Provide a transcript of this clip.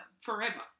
Forever